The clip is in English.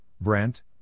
Brent